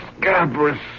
scabrous